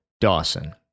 Dawson